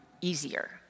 easier